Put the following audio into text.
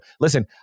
listen